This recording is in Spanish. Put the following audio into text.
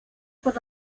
por